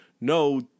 no